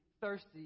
thirsty